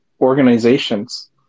organizations